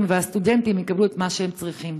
והסטודנטים יקבלו את מה שהם צריכים.